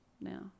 now